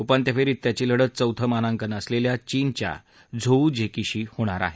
उपान्त्य फेरीत त्याची लढत चौथं मानांकन असलेल्या चीनच्या झोऊ झेकीशी होणार आहे